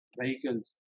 vehicles